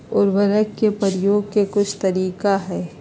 उरवरक के परयोग के कुछ तरीका हई